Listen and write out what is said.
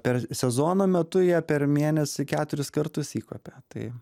per sezono metu jie per mėnesį keturis kartus įkopia tai